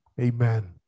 amen